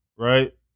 Right